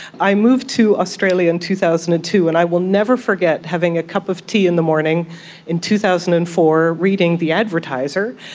i moved to australia in two thousand and ah two, and i will never forget having a cup of tea in the morning in two thousand and four, reading the advertiser,